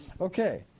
Okay